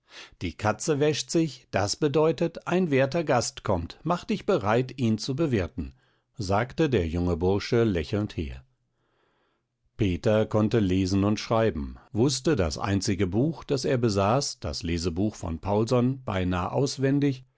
die katze wäscht sich das bedeutet ein werter gast kommt mach dich bereit ihn zu bewirten sagte der junge bursche lächelnd her peter konnte lesen und schreiben wußte das einzige buch das er besaß das lesebuch von paulson beinah auswendig